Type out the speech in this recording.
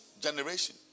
generation